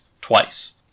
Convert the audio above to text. twice